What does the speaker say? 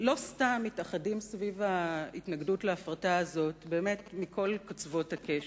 לא סתם מתאחדים סביב ההתנגדות להפרטה הזאת באמת מכל קצוות הקשת,